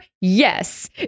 Yes